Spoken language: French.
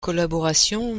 collaboration